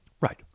Right